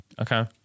Okay